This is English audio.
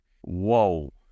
whoa